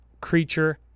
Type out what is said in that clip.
creature